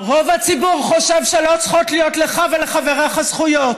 רוב הציבור חושב שלא צריכות לך ולחבריך זכויות.